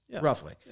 roughly